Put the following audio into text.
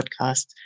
podcast